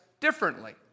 differently